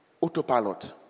autopilot